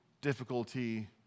difficulty